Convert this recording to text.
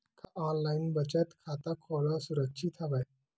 का ऑनलाइन बचत खाता खोला सुरक्षित हवय?